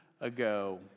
ago